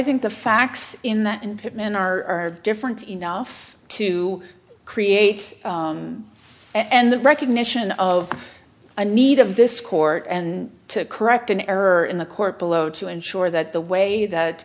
think the facts in that and pitman are different enough to create and the recognition of a need of this court and to correct an error in the court below to ensure that the way that